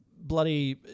bloody